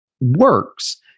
works